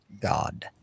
God